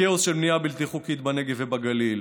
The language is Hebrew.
הכאוס של בנייה בלתי חוקית בנגב ובגליל,